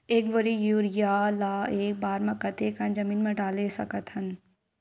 एक बोरी यूरिया ल एक बार म कते कन जमीन म डाल सकत हन?